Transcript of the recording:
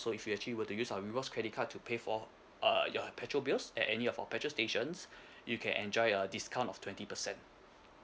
so if you actually were to use our rewards credit card to pay for uh your petrol bills at any of our petrol stations you can enjoy a discount of twenty percent